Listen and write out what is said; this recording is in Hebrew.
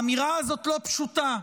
האמירה הזאת לא פשוטה.